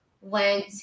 went